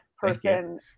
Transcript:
person